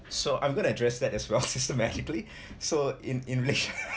so I'm going to address that as well systematically so in in